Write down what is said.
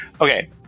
Okay